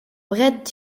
brett